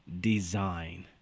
design